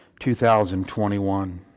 2021